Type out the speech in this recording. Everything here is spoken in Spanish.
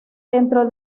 dentro